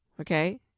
okay